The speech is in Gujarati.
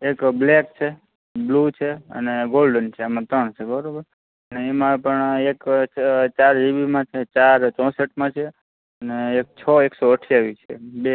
એક બ્લેક છે બ્લ્યુ છે અને ગોલ્ડન છે આમાં ત્રણ છે બરાબર અને એમાં પણ આ એક અ ચ ચાર જીબીમાં છે ચાર ચોંસઠમાં છે અને એક છ એકસો અઠ્યાવીસ છે બે